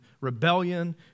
rebellion